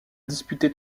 disputé